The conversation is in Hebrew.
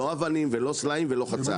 לא אבנים ולא סלעים ולא חצץ.